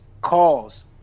calls